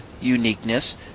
uniqueness